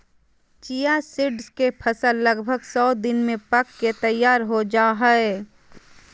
chia seeds के फसल लगभग सो दिन में पक के तैयार हो जाय हइ